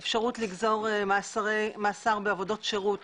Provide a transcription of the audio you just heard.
לגזור מאסר בעבודות שירות